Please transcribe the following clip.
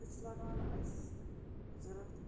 سُہ چھُ لگان اَسہِ ضوٚرَتھ